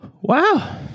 Wow